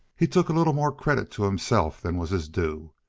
he took a little more credit to himself than was his due.